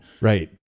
Right